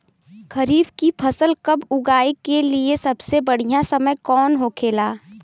खरीफ की फसल कब उगाई के लिए सबसे बढ़ियां समय कौन हो खेला?